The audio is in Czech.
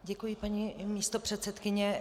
Děkuji, paní místopředsedkyně.